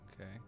Okay